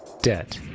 debt.